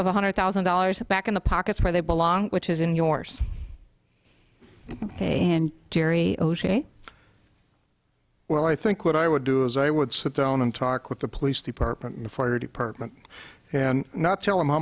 one hundred thousand dollars back in the pockets where they belong which is in yours and jerry well i think what i would do is i would sit down and talk with the police department the fire department and not tell them how